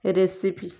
recipe